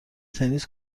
تنیس